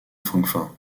francfort